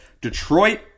Detroit